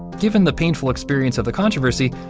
given the painful experience of the controversy,